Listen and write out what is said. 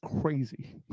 crazy